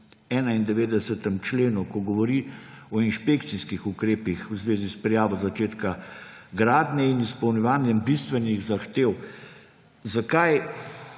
91. členu, ki govori o inšpekcijskih ukrepih v zvezi s prijavo začetka gradnje in izpolnjevanjem bistvenih zahtev,